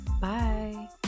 Bye